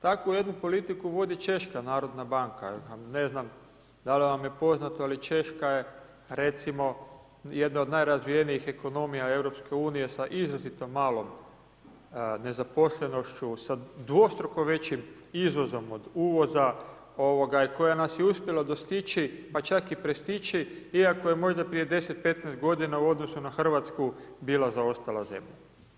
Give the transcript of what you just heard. Takvu jednu politiku vodi Češka narodna banka, ne znam da li vam je poznato, ali Češka je recimo jedna od najrazvijenijih ekonomija EU sa izrazito malo nezaposlenošću, sa dvostrukom većim izvozom od uvoza i koja nas je uspjela dostići pa čak i prestići, iako je možda prije 10, 15 godina u odnosu na Hrvatsku bila zaostala zemlja.